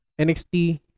NXT